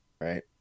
Right